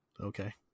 Okay